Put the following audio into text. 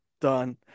done